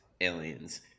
aliens